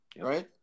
right